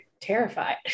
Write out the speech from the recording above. terrified